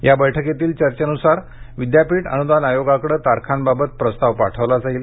या बैठकीतील चर्चेन्सार विद्यापीठ अनुदान आयोगाकडे तारखांबाबत प्रस्ताव पाठवला जाईल